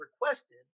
requested